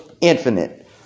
infinite